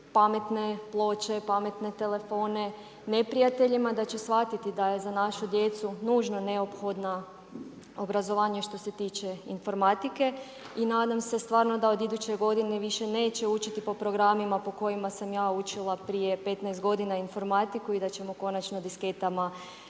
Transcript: pametne ploče, pametne telefone neprijateljima, da će shvatiti da je za našu djecu nužno neophodno obrazovanje što se tiče informatike. I nadam se da stvarno od iduće godine više neće učiti po programima po kojima sam ja učila prije 15 godina informatiku i da ćemo konačno disketama